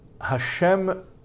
Hashem